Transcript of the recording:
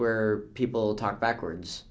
where people talk backwards